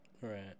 Right